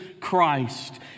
Christ